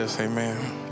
Amen